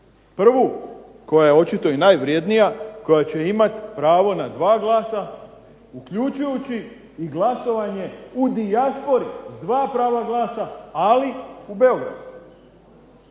Prvu koja je očito i najvrednija koja će imati pravo na dva glas, uključujući i glasovanje u dijaspori, dva prava glasa ali u Beogradu.